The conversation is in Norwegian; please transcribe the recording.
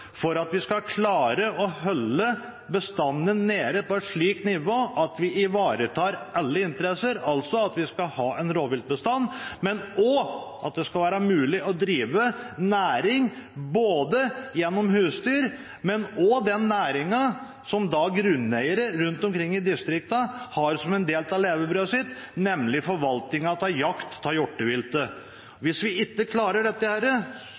for at vi skal klare å holde bestanden nede på et slikt nivå at vi ivaretar alle interesser. Vi skal ha en rovviltbestand, men det skal også være mulig å drive næring både med husdyr og gjennom den næringen som grunneiere rundt omkring i distriktene har som en del av levebrødet sitt, nemlig forvaltningen gjennom jakt av hjorteviltet. Hvis vi ikke klarer dette